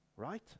right